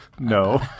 No